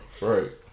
Right